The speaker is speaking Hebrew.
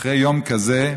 אחרי יום כזה,